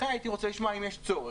הייתי רוצה לשמוע אם יש צורך.